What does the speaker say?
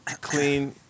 clean